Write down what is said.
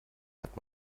hat